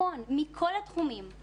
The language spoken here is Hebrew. מכל התחומים,